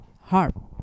harp